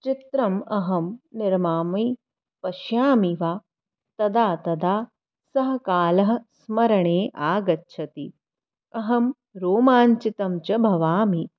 चित्रम् अहं निर्मामि पश्यामि वा तदा तदा सः कालः स्मरणे आगच्छति अहं रोमाञ्चिता च भवामि